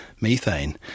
methane